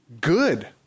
good